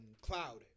cloud